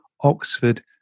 Oxford